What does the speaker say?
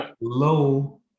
low